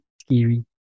Scary